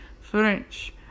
french